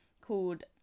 called